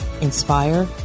inspire